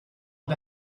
and